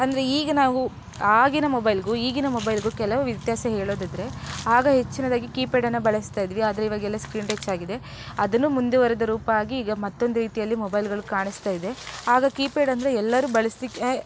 ಅಂದರೆ ಈಗ ನಾವು ಆಗಿನ ಮೊಬೈಲಿಗು ಈಗಿನ ಮೊಬೈಲಿಗು ಕೆಲವು ವ್ಯತ್ಯಾಸ ಹೇಳುವುದಿದ್ರೆ ಆಗ ಹೆಚ್ಚಿನದಾಗಿ ಕೀಪ್ಯಾಡನ್ನು ಬಳಸ್ತಾ ಇದ್ವಿ ಆದರೆ ಇವಾಗೆಲ್ಲ ಸ್ಕ್ರೀನ್ ಟಚ್ಚಾಗಿದೆ ಅದನ್ನು ಮುಂದುವರೆದ ರೂಪ ಆಗಿ ಈಗ ಮತ್ತೊಂದು ರೀತಿಯಲ್ಲಿ ಮೊಬೈಲುಗಳು ಕಾಣಿಸ್ತಾ ಇದೆ ಆಗ ಕೀಪ್ಯಾಡ್ ಅಂದರೆ ಎಲ್ಲರೂ ಬಳಸಲಿಕ್ಕೆ